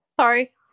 Sorry